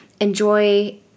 enjoy